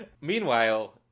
Meanwhile